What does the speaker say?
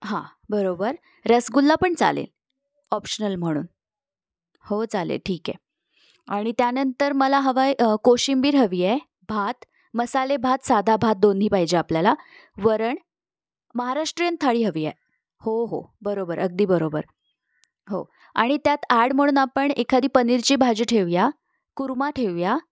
हां बरोबर रसगुल्ला पण चालेल ऑप्शनल म्हणून हो चालेल ठीक आहे आणि त्यानंतर मला हवं आहे कोशिंबीर हवी आहे भात मसाले भात साधा भात दोन्ही पाहिजे आपल्याला वरण महाराष्ट्रीयन थाळी हवी आहे हो हो बरोबर अगदी बरोबर हो आणि त्यात ॲड म्हणून आपण एखादी पनीरची भाजी ठेऊ या कुर्मा ठेऊ या